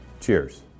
Cheers